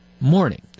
morning